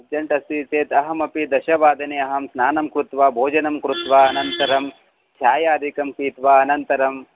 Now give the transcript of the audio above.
अर्जेण्ट्स्ति चेत् अहमपि दशवादने अहं स्नानं कृत्वा भोजनं कृत्वा अनन्तरं चायमादिकं पीत्वा अनन्तरम्